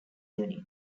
unit